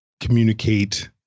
communicate